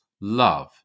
love